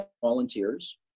volunteers